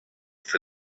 for